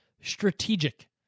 strategic